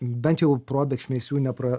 bent jau probėgšmiais jų nepra